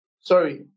sorry